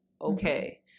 okay